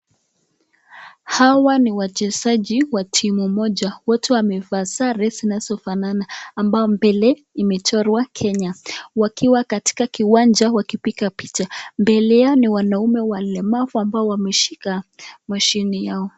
Hawa ni wachezaji wa timu moja, wote wamevaa sare zinazo fanana ambao mbele imechorwa Kenya, wakiwa katika kiwanja wakipiga picha. Mbele yao ni wanaume walemavu ambao wameshika mashini yao.